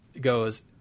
goes